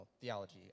theology